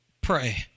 pray